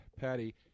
Patty